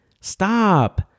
Stop